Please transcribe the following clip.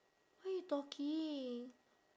what you talking